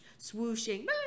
swooshing